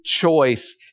choice